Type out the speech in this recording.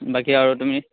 বাকী আৰু তুমি